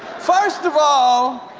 first of all,